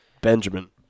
Benjamin